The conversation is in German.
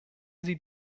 sie